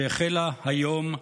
שהחל היום,